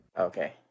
okay